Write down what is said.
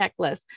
checklist